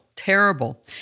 Terrible